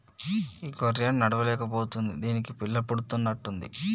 ఈ గొర్రె నడవలేక పోతుంది దీనికి పిల్ల పుడుతున్నట్టు ఉంది